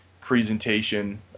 presentation